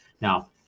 Now